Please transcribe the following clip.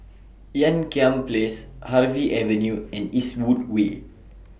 Ean Kiam Place Harvey Avenue and Eastwood Way